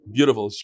Beautiful